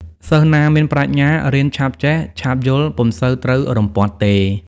សិស្សណាមានប្រាជ្ញា រៀនឆាប់ចេះឆាប់យល់ពុំសូវត្រូវរំពាត់ទេ ។